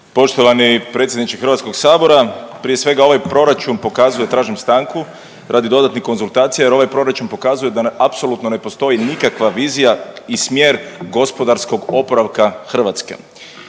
Poštovani predsjedniče Hrvatskog sabora, prije svega ovaj proračun pokazuje, tražim stanku radi dodatnih konzultacija jer ovaj proračun pokazuje da apsolutno ne postoji nikakva vizija i smjer gospodarskog oporavka Hrvatske.